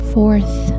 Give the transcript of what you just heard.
fourth